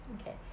Okay